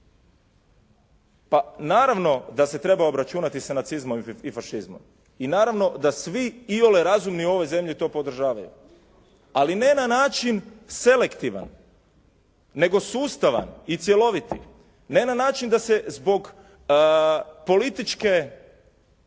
Pa naravno da se treba obračunati sa nacizmom i fašizmom. I naravno da svi iole razumni u ovoj zemlji to podržavaju, ali ne na način selektivan nego sustavan i cjeloviti. Ne način da se zbog političke